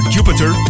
Jupiter